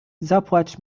zapłać